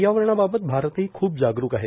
पर्यावरणाबाबत भारतही खूप जागरूक आहे